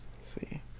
see